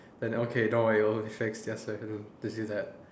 and okay don't worry we'll fix yes sir can do that